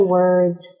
words